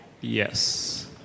Yes